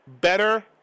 Better